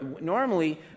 normally